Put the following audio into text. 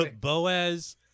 Boaz